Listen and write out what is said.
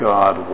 God